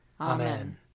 Amen